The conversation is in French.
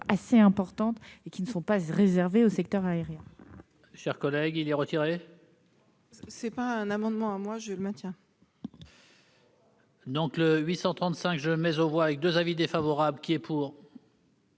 assez importantes et qui ne sont pas réservées au secteur aérien.